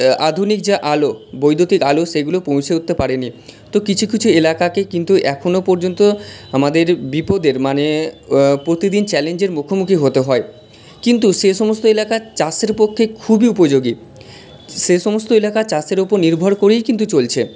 আধুনিক যা আলো বৈদ্যুতিক আলো সেগুলো পৌঁছে উঠতে পারেনি তো কিছু কিছু এলাকাকে কিন্তু এখনো পর্যন্ত আমাদের বিপদের মানে প্রতিদিন চ্যালেঞ্জের মুখোমুখি হতে হয় কিন্তু সে সমস্ত এলাকা চাষের পক্ষে খুবই উপযোগী সে সমস্ত এলাকা চাষের উপর নির্ভর করেই কিন্তু চলছে